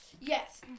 Yes